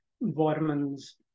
vitamins